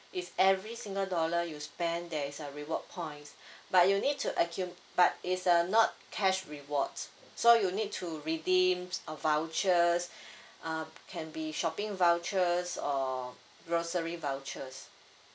is every single dollar you spend there's a reward points but you need to acu~ but is a not cash rewards so you'll need to redeem a vouchers uh can be shopping vouchers or grocery vouchers